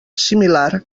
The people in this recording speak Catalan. similar